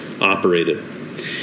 operated